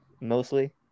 mostly